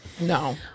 no